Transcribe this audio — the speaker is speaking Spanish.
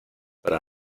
para